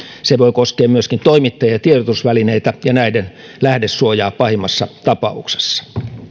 se voi koskea myös toimittajia ja tiedotusvälineitä ja näiden lähdesuojaa pahimmassa tapauksessa